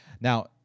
Now